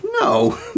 No